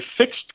fixed